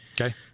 Okay